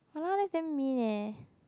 !walao! that's damn mean eh